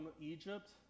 Egypt